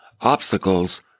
Obstacles